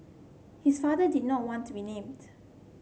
his father did not want to be named